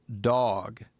dog